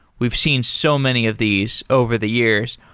we've seen so many of these over the years.